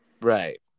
Right